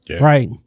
right